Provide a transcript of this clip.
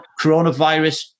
coronavirus